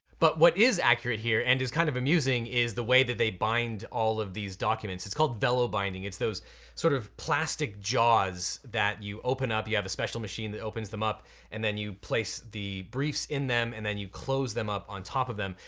but what is accurate here, and is kind of amusing, is the way that they bind all of these documents. it's called velo binding, it's those sort of plastic jaws that you open up, you have a special machine that opens them up and then you place the briefs in them and then you close them up on top of them.